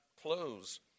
clothes